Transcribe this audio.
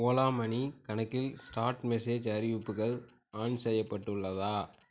Ola money கணக்கில் start message அறிவிப்புகள் on செய்யப்பட்டுள்ளதா